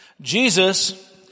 Jesus